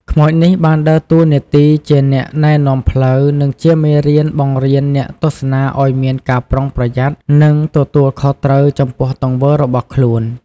ខ្មោចនេះបានដើរតួនាទីជាអ្នកណែនាំផ្លូវ និងជាមេរៀនបង្រៀនអ្នកទស្សនាឲ្យមានការប្រុងប្រយ័ត្ន និងទទួលខុសត្រូវចំពោះទង្វើរបស់ខ្លួន។